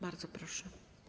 Bardzo proszę.